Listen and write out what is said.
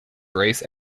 race